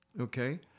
okay